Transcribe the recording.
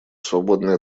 свободный